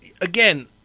again